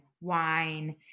wine